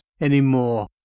anymore